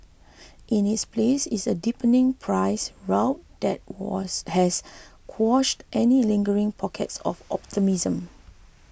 in its place is a deepening price rout that was has quashed any lingering pockets of optimism